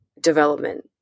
development